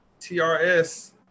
trs